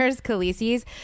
Khaleesi's